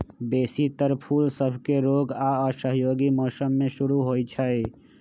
बेशी तर फूल सभके रोग आऽ असहयोगी मौसम में शुरू होइ छइ